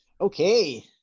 okay